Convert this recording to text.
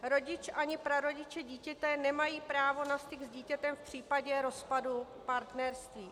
Rodič ani prarodiče dítěte nemají právo na styk s dítětem v případě rozpadu partnerství.